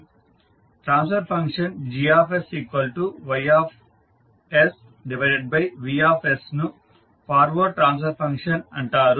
transfer function G Y V ను forward transfer function అంటారు